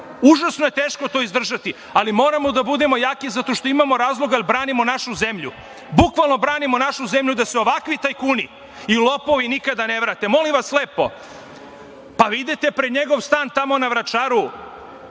užasno je teško to izdržati, ali moramo da budemo jaki zato što imamo razloga jer branimo našu zemlju. Bukvalno branimo našu zemlju da se ovakvi tajkuni i lopovi nikada ne vrate. Molim vas lepo, pa vi idete pred njegov stan tamo na Vračar,